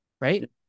Right